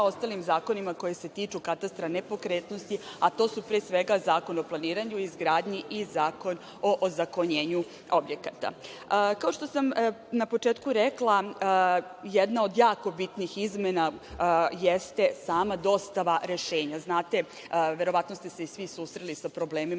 ostalim zakonima koji se tiču katastra nepokretnosti, a to su, pre svega, Zakon o planiranju i izgradnji i Zakon o ozakonjenju objekata. Kao što sam na početku rekla, jedna od jako bitnih izmena jeste sama dostava rešenja. Znate, verovatno ste se i svi susreli sa problemima